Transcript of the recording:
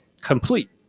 complete